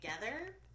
together